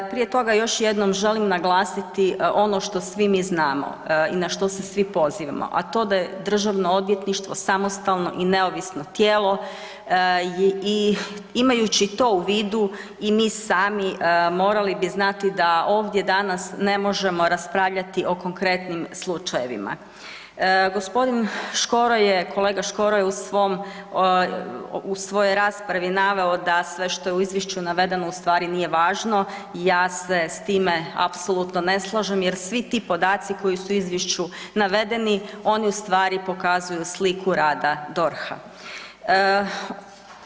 Prije toga još jednom želim naglasiti ono što svi mi znamo i na što se svi pozivamo, a to da je Državno odvjetništvo samostalno i neovisno tijelo i imajući to u vidu i mi sami morali bi znati da ovdje danas ne možemo raspravljati o konkretnim slučajevima. g. Škoro je kolega Škoro je u svojoj raspravi naveo da sve što je u izvješću navedeno ustvari nije važno i ja se s time apsolutno ne slažem jer svi ti podaci koji su u izvješću navedeni oni pokazuju sliku rada DORH-a.